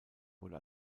wurde